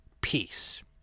peace